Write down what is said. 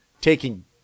taking